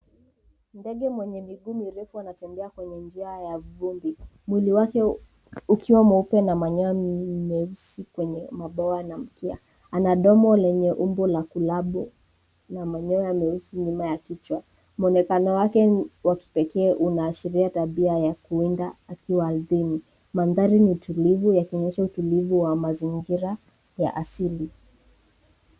Ndege mwenye miguu mirefu anatembea kwenye njia ya vumbi. Mwili wake ukiwa mweupe na manyoya meusi kwenye mabawa na mkia. Ana domo lenye umbo la kulabu, na manyoya meusi nyuma ya kichwa. Muonekano wake wa kipeke unaashiria tabia ya kuunda akiwa ardhini. Mandhari ni tulivu yakionyesha utulivu wa mazingira ya asili.